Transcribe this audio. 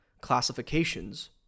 classifications